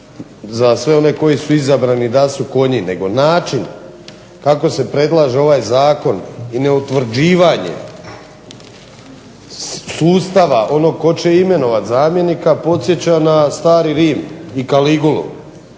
za sve one koji su izabrani da su konji, nego način kako se predlaže ovaj Zakon i neutvrđivanje sustava onog tko će imenovat zamjenika podsjeća na stari Rim i Kaligulu.